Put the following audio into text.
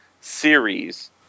series